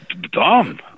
Dumb